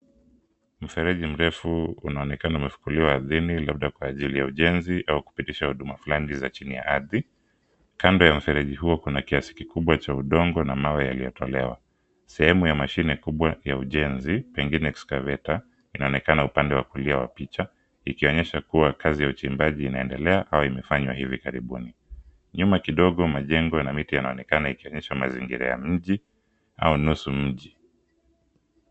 Mfereji mrefu unaonekana umefukuliwa ardhini labda kwa ajili ya ujenzi, au kupitisha huduma fulani za chini ya ardhi. Kando ya mfereji huo kuna kiasi kikubwa cha udongo na mawe yaliyotolewa. Sehemu ya mashine kubwa ya ujenzi, pengine excavator , inaonekana upande wa kulia wa picha. Ikionyesha kuwa kazi ya uchimbaji inaendelea, au imefanywa hivi karibuni. Nyuma kidogo majengo na miti yanaonekana ikionyesha mazingira ya mji, au nusu mji.